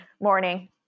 Morning